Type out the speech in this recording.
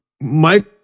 Mike